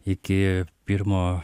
iki pirmo